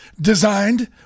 designed